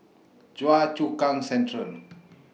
Choa Chu Kang Central